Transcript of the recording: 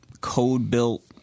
code-built